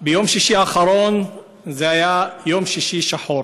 ביום שישי האחרון היה יום שישי שחור.